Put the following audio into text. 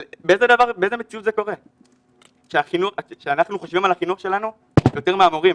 באיזה מציאות זה קורה שאנחנו חושבים על החינוך שלנו יותר מהמורים,